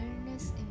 awareness